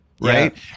right